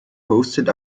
hosted